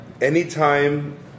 anytime